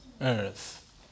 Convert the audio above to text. earth